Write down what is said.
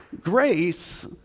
grace